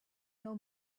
know